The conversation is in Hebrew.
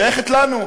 שייכת לנו,